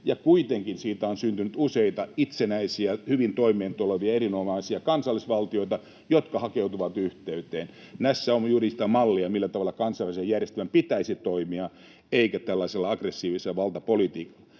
kuitenkin siitä on syntynyt useita itsenäisiä, hyvin toimeentulevia, erinomaisia kansallisvaltioita, jotka hakeutuvat yhteyteen. Tässä on juuri sitä mallia, millä tavalla kansainvälisen järjestelmän pitäisi toimia — eikä tällaisella aggressiivisella valtapolitiikalla.